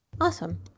Awesome